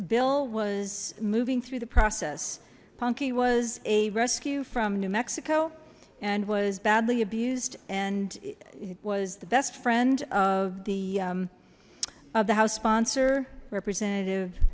bill was moving through the process punkie was a rescue from new mexico and was badly abused and it was the best friend of the of the house sponsor representative